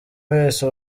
wese